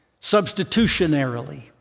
substitutionarily